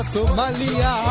Somalia